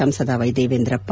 ಸಂಸದ ವೈದೇವೇಂದ್ರಪ್ಪ